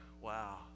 Wow